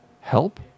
Help